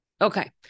Okay